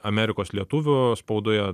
amerikos lietuvių spaudoje